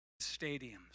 stadiums